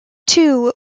too